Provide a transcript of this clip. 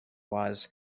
was